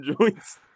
joints